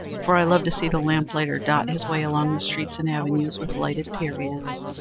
for i love to see the lamplighter dot his way along the streets and avenues with lighted periods.